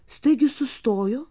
staigiai sustojo